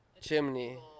Chimney